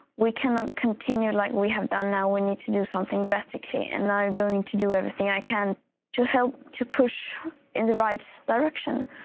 we cannot continue like we have done, now we need to do something drastically. and i'm going to do everything i can to help to push in the right direction.